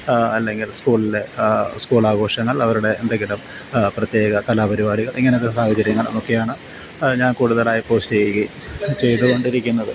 അല്ലെങ്കിൽ സ്കൂളിലെ സ്കൂളാഘോഷങ്ങൾ അവരുടെ എന്തെങ്കിലും പ്രത്യേക കലാപരിപാടികൾ ഇങ്ങനത്തെ സാഹചര്യങ്ങൾ അതൊക്കെയാണ് ഞാൻ കൂടുതലായി പോസ്റ്റ് ചെയ്യുകയും ചെയ്തുകൊണ്ടിരിക്കുന്നത്